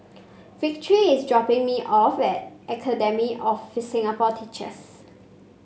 Victory is dropping me off at Academy of Singapore Teachers